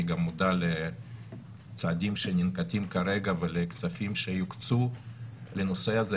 אני גם מודע לצעדים שננקטים כרגע ולכספים שיוקצו לנושא הזה,